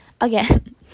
again